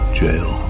jail